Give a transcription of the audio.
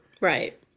Right